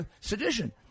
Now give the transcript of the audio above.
sedition